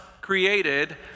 created